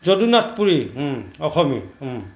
Jadunath Puri Asomi